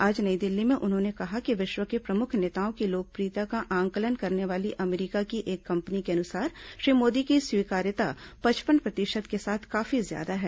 आज नई दिल्ली में उन्होंने कहा कि विश्व के प्रमुख नेताओं की लोकप्रियता का आंकलन करने वाली अमरीका की एक कंपनी के अनुसार श्री मोदी की स्वीकार्यता पचपन प्रतिशत के साथ काफी ज्यादा है